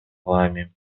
вами